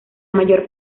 mayor